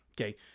Okay